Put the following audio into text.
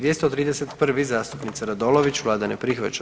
231. zastupnica Radolović, vlada ne prihvaća.